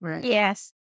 Yes